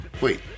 Wait